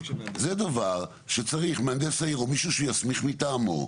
זה דבר שצריך מהנדס העיר או מישהו שיסמיך מטעמו.